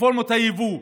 רפורמת היבוא,